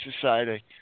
Society